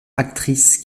actrice